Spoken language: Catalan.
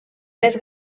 més